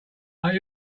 are